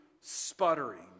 sputtering